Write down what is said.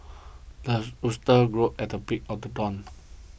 the rooster crows at the break of the dawn